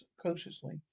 cautiously